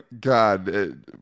God